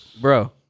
Bro